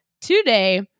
today